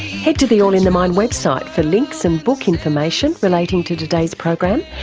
head to the all in the mind website for links and book information relating to today's program,